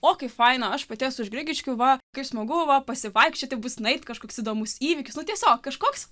o kaip faina aš pati esu iš grigiškių va kaip smagu va pasivaikščioti bus nueit kažkoks įdomus įvykis nu tiesiog kažkoks